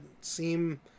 seem